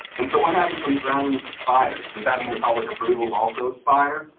and so what happens when the ground lease expires? does that mean the public approvals also expire?